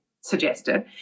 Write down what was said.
suggested